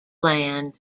land